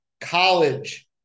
college